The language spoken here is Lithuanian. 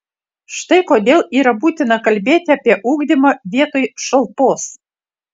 štai kodėl yra būtina kalbėti apie ugdymą vietoj šalpos